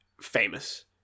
famous